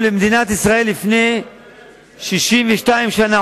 באנו למדינת ישראל לפני 62 שנה,